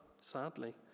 sadly